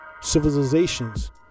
Civilizations